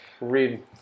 read